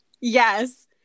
Yes